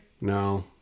No